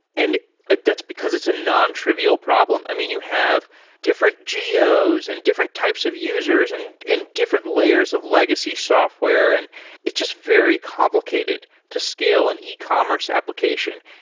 and ah that's because it's a non-trivial problem. i mean, you have different geos and different types of users and and different layers of legacy software. and it's just very complicated to scale an ecommerce application.